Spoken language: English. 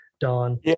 Don